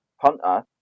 punter